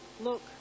Look